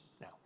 now